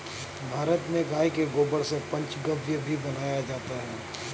भारत में गाय के गोबर से पंचगव्य भी बनाया जाता है